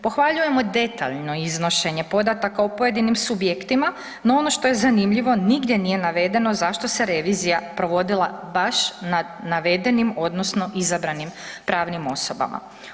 Pohvaljujemo detaljno iznošenje podataka o pojedinim subjektima, no ono što je zanimljivo nigdje nije navedeno zašto se revizija provodila baš nad navedenim odnosno izabranim pravnim osobama?